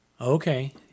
Okay